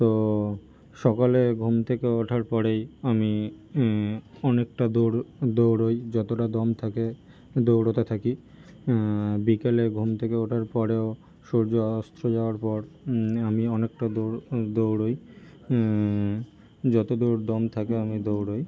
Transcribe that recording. তো সকালে ঘুম থেকে ওঠার পরেই আমি অনেকটা দূর দৌড়ই যতটা দম থাকে দৌড়োতে থাকি বিকেলে ঘুম থেকে ওঠার পরেও সূর্য অস্ত যাওয়ার পর আমি অনেকটা দূর দৌড়ই যত দূর দম থাকে আমি দৌড়ই